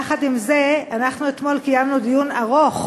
יחד עם זה, אתמול קיימנו דיון ארוך